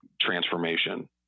transformation